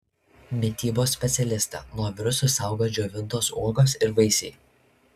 mitybos specialistė nuo virusų saugo džiovintos uogos ir vaisiai